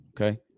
okay